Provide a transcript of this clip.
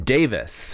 Davis